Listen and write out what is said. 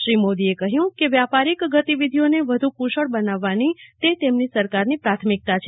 શ્રી મોદીએ કહયું કે વ્યાપારિક ગતિવિધિઓને વધુ કુશળ બનાવવી તે તેમના સરકારની પ્રાથમિકતા છે